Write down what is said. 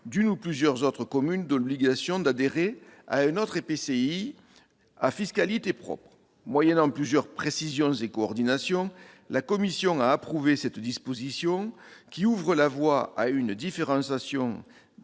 d'une ou plusieurs autres communes de l'obligation d'adhérer à un autre EPCI à fiscalité propre. Moyennant plusieurs précisions et coordinations, la commission a approuvé cette disposition, qui ouvre la voie à une différenciation